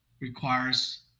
requires